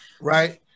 right